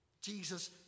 Jesus